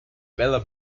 bela